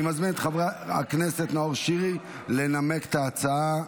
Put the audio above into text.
אני מזמין את חבר הכנסת נאור שירי לנמק את ההצעה.